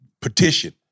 petition